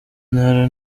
ntara